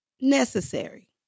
necessary